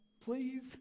Please